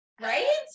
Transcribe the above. Right